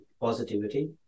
positivity